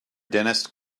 dentist